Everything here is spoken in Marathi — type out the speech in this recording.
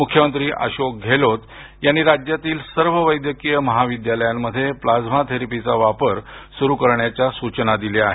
मुख्यमंत्री अशोक गेहलोत यांनी राज्यातील सर्व वैद्यकीय महाविद्यालयांमध्ये प्लाझ्मा थेरेपीचा वापर सुरू करण्याच्या सूचना दिल्या आहेत